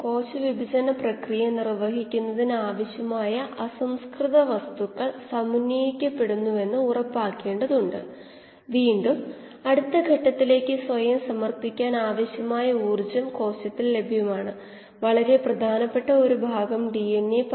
ആയിരിക്കും യൂണിറ്റ് വ്യാപ്തം നിർമ്മിക്കുന്ന കോശങ്ങൾ x ആയതിനാൽ 1 ഹരിക്കണം സമയം µ ആണ് ഗ്രാഫിൽ നമുക്ക് കാണാം d യുമായുള്ള കോശ ഗാഢത വ്യതിയാനം നമ്മൾ ഇതിനകം കണ്ടതാണ്